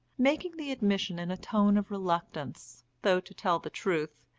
making the admission in a tone of reluctance, though, to tell the truth,